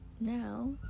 now